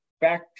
back